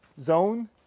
zone